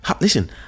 Listen